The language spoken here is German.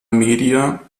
media